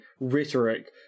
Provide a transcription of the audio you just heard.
rhetoric